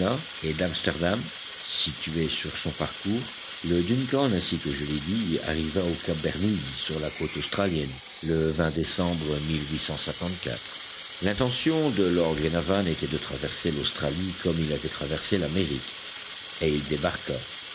et d'amsterdam situées sur son parcours le duncan ainsi que je l'ai dit arriva au cap bernouilli sur la côte australienne le décembre l'intention de lord glenarvan était de traverser l'australie comme il avait traversé l'amérique et il débarqua